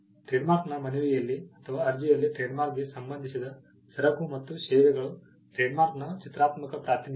trademark ನ ಮನವಿಯಲ್ಲಿ ಅಥವಾ ಅರ್ಜಿಯಲ್ಲಿ ಟ್ರೇಡ್ಮಾರ್ಕ್ಗೆ ಸಂಬಂಧಿಸಿದ ಸರಕು ಮತ್ತು ಸೇವೆಗಳು ಟ್ರೇಡ್ ಮಾರ್ಕ್ನ ಚಿತ್ರಾತ್ಮಕ ಪ್ರಾತಿನಿಧ್ಯ